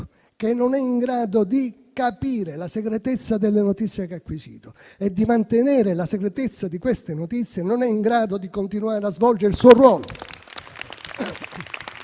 che non è in grado di capire la segretezza delle notizie che ha acquisito e di mantenere la segretezza di queste notizie non è in grado di continuare a svolgere il suo ruolo.